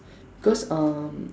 cause um